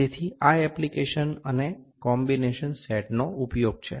તેથી આ એપ્લિકેશન અને કોમ્બિનેશન સેટનો ઉપયોગ છે